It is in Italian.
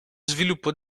sviluppo